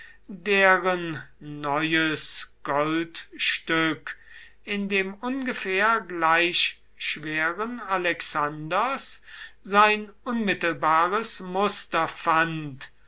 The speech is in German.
deren neues goldstück in dem ungefähr gleich schweren alexanders sein unmittelbares muster fand